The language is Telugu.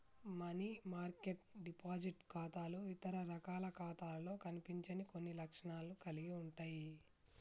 మనీ మార్కెట్ డిపాజిట్ ఖాతాలు ఇతర రకాల ఖాతాలలో కనిపించని కొన్ని లక్షణాలను కలిగి ఉంటయ్